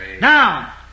Now